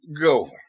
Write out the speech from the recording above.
go